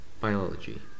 Biology